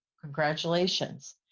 congratulations